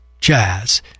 jazz